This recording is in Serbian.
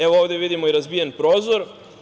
Evo, ovde vidimo i razbijen prozor.